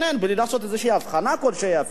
בלי לעשות הבחנה כלשהי אפילו,